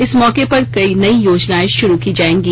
इस मौके पर कई नई योजनाएं शुरू की जाएंगी